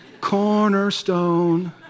cornerstone